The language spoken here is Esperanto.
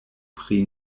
pri